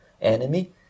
enemy